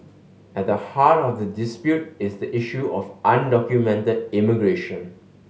at the heart of the dispute is the issue of undocumented immigration